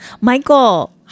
Michael